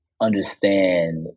understand